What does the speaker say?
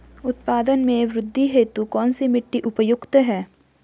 उत्पादन में वृद्धि हेतु कौन सी मिट्टी उपयुक्त है?